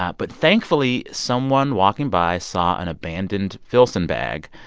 ah but thankfully, someone walking by saw an abandoned filson bag,